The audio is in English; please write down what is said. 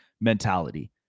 mentality